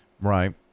Right